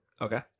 Okay